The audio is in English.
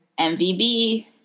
MVB